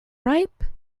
ripe